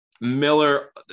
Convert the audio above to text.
Miller